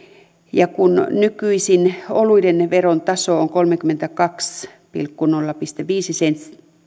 ja kun nykyisin oluiden veron taso on kolmekymmentäkaksi pilkku nolla viisi